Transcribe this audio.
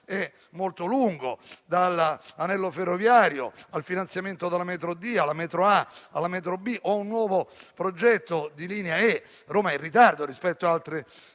è molto lungo: dall'anello ferroviario al finanziamento della metro D, alla metro A, alla metro B e a un nuovo progetto di linea E. Roma è in ritardo rispetto ad altre